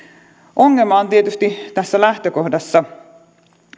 ongelma on tietysti jo lähtökohdassa